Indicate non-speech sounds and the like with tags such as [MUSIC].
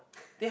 [LAUGHS]